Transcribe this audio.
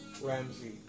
Ramsey